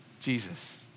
Jesus